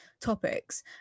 topics